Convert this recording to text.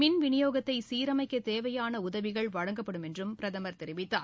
மின் வினியோகத்தை சீரமைக்க தேவையாள உதவிகள் வழங்கப்படும் என்றும் பிரதம் தெரிவித்தார்